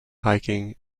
hiking